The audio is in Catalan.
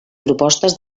propostes